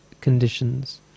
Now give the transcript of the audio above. conditions